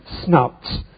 snouts